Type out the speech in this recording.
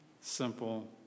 simple